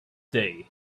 day